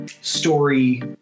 story